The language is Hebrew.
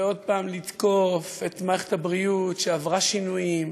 ועוד פעם לתקוף את מערכת הבריאות, שעברה שינויים,